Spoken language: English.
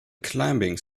climbing